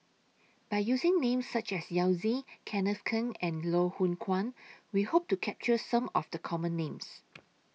By using Names such as Yao Zi Kenneth Keng and Loh Hoong Kwan We Hope to capture Some of The Common Names